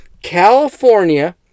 California